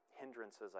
hindrances